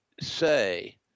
say